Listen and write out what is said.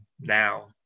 now